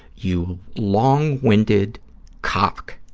you long-winded cock.